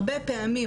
הרבה פעמים,